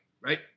right